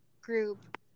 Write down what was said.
group